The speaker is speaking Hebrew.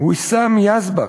ויסאם יזבק,